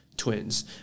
twins